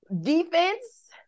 Defense